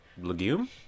legume